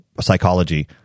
psychology